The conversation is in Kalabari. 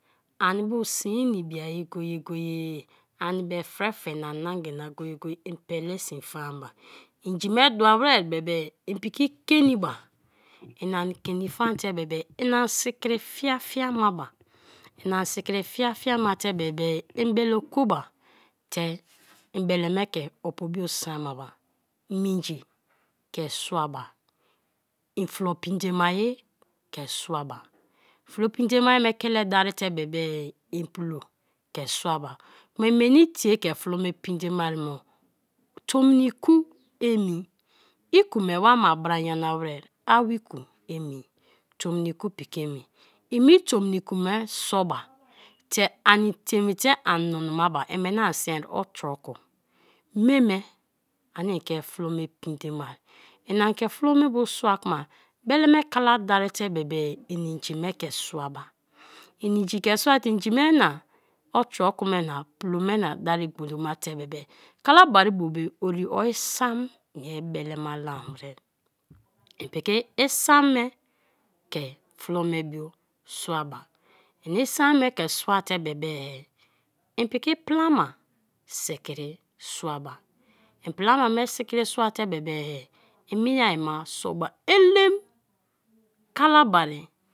Ani bu sii na ibi-a go- go-e, ani frefena nangina go- go-e, ipele sin faan ba; inji dua wei bebe ipiki kani ba; ani kani faan te bebe ini a sikri fia fia ma ba; en an si kri fia fia ma te bebe; en bele kwo ba te ien bele me ke opoo bo semaba minji ke sua ba, en flo pee dee ma kele darite bebe, en pulo ke suaba flo me pee dee mari bo; tomiku emi; ikume wa ba bra nyara wer, awoo-iku emi, tomnna-iku piki emi; ime tomniku me soaba te ani teime te ani nunumaba imeni an siarai otroku; mei me ani ke flo me pee dee ma; ina ke flo me bu sua kma bele me kala darite bebe, en inji me ke suaba, ini inji ke suate; inji me na, otroku me na plo me na dari gboloma te bebe; kalabari ribo be orio sam mie bele ma lam wer ien piki isam me ke flo me bio suaba, en isam me ke suate bebe, en piki plama sikri suaba, em plama me sikri suate bebe; minai ba sooba, elem kalahari